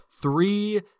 three